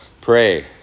Pray